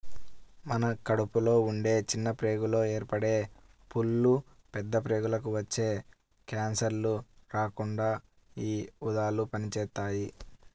మన కడుపులో ఉండే చిన్న ప్రేగుల్లో ఏర్పడే పుళ్ళు, పెద్ద ప్రేగులకి వచ్చే కాన్సర్లు రాకుండా యీ ఊదలు పనిజేత్తాయి